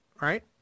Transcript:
right